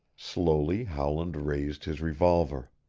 slowly howland raised his revolver.